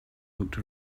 looked